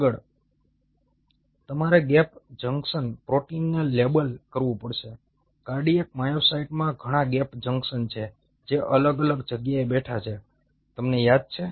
આગળ તમારે gap junctions પ્રોટીનને લેબલ કરવું પડશે કાર્ડિયાક માયોસાઇટ્સમાં ઘણાં ગેપ જંકશન છે જે અલગ અલગ જગ્યાએ બેઠા છે તમને યાદ છે